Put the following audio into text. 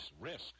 risk